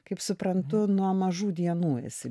kaip suprantu nuo mažų dienų esi